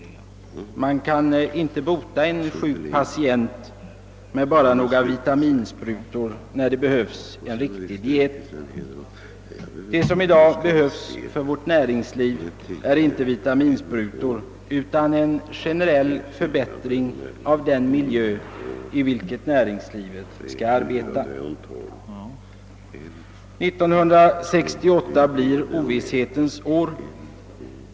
Man kan inte bota en sjuk patient bara med några vitaminsprutor när det som behövs är en riktig diet. Det som i dag behövs för vårt näringsliv är inte vitaminsprutor utan en ge nerell förbättring av den miljö i vilken näringslivet skall arbeta. År 1968 blir ovisshetens år.